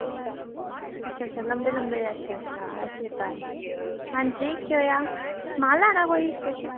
अच्छा अच्छा लंबे लंबे अच्छा अच्छा चेता आया हां जी केह् होएआ समान लैना कोई किश